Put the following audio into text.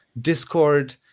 discord